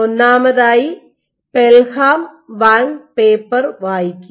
ഒന്നാമതായി Pelham Wang paper വായിക്കുക